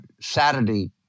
Saturday